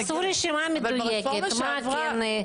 תעשו רשימה מדויקת מה כן.